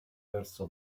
verso